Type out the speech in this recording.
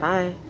Bye